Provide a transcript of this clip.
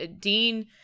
Dean